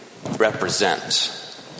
Represent